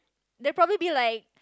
they'll probably be like